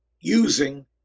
using